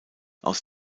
aus